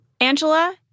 Angela